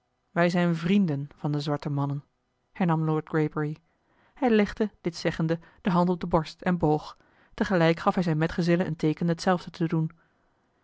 wij zijn vrienden van de zwarte mannen hernam lord greybury hij legde dit zeggende de hand op de borst en boog tegelijk gaf hij zijn metgezellen een teeken hetzelfde te doen